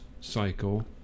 cycle